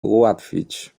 ułatwić